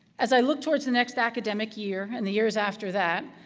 as i look towards the next academic year, and the years after that,